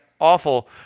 awful